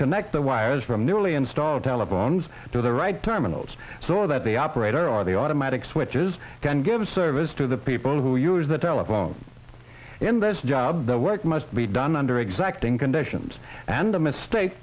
connect the wires from newly installed telephones to the right terminals so that the operator on the automatic switches can give service to the people who use the telephone in this job the work must be done under exacting conditions and a mistake